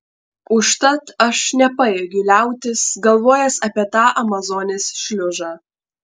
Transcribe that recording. užtat aš nepajėgiu liautis galvojęs apie tą amazonės šliužą